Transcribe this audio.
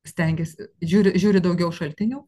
stengiasi žiūri žiūri daugiau šaltinių